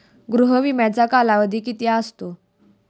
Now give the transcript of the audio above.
गृह विम्याचा कालावधी किती असतो?